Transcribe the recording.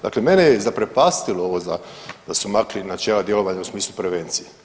Dakle, mene je zaprepastilo ovo da su makli načelo djelovanja u smislu prevencije.